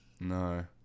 No